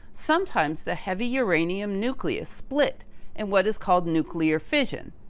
sometimes the heavy uranium nucleus split in what is called nuclear fission.